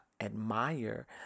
admire